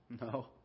No